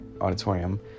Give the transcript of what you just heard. auditorium